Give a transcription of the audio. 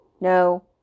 No